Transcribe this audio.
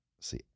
see